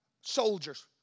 soldiers